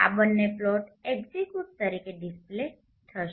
આ બંને plot execute અને ડિસ્પ્લે થશે